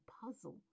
puzzle